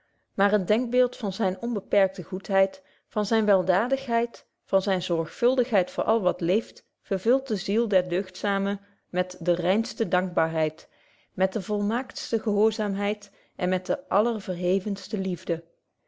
maar het denkbeeld van zyne onbeperkte goedheid van zyne weldadigheid van zyne zorgvuldigheid voor al wat leeft vervult de ziel der deugdzamen met de reinste dankbaarheid met de volmaaktbetje wolff proeve over de opvoeding ste gehoorzaamheid en met de allerverhevendste liefde